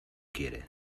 quiere